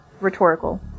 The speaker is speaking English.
rhetorical